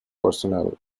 personnel